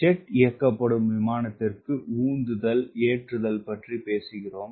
jet இயக்கப்படும் விமானத்திற்கு உந்துதல் ஏற்றுதல் பற்றி பேசுகிறோம்